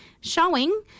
showing